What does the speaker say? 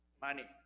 Money